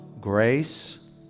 grace